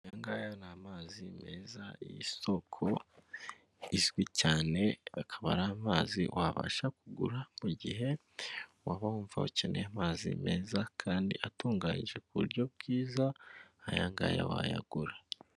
Aya ngaya ni amazi meza y'isoko izwi cyane, akaba ari amazi wabasha kugura mu gihe waba wumva ukeneye amazi meza, kandi atunganyije ku buryo bwiza, ayangaya wayagura.